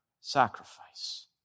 sacrifice